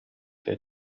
der